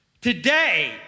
Today